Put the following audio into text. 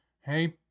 hey